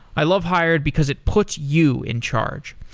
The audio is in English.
i love hired because it puts you in charge.